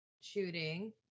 shooting